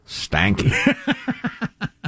stanky